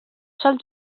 sol